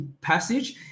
passage